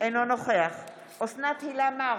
אינו נוכח אוסנת הילה מארק,